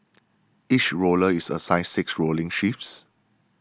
each rower is assigned six rowing shifts